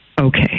Okay